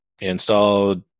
Installed